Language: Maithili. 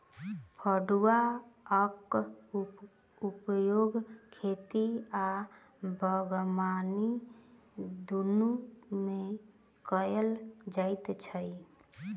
फड़ुआक उपयोग खेती आ बागबानी दुनू मे कयल जाइत अछि